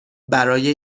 برای